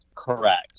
Correct